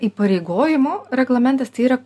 įpareigojimo reglamentas tai yra